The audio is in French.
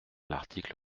l’article